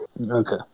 Okay